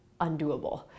undoable